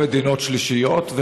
או מדינות שלישיות,